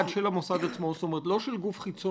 אנחנו לא חברות ענק, אנחנו לא חברות בינלאומיות,